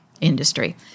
industry